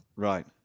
Right